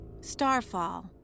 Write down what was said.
Starfall